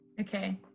Okay